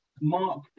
Mark